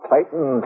Titan